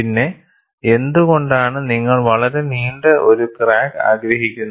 പിന്നെ എന്തുകൊണ്ടാണ് നിങ്ങൾ വളരെ നീണ്ട ഒരു ക്രാക്ക് ആഗ്രഹിക്കുന്നത്